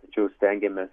tačiau stengiamės